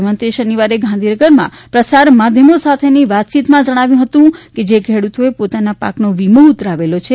મુખ્યમંત્રીએ શનિવારે ગાંધીનગરમાં પ્રસાર માધ્યમો સાથેની વાતયીતમાં જણાવ્યું હતું કે જે ખેડૂતોએ પોતાના પાકનો વીમો ઉતરાવેલો છે